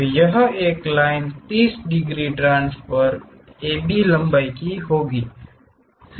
तो यहां एक लाइन 30 डिग्री ट्रांसफर AB लंबाई की खींचे